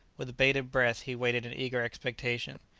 with bated breath he waited in eager expectation.